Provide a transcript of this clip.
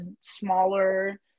smaller